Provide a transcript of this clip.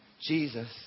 Jesus